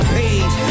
page